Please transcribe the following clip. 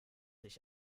ich